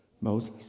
Moses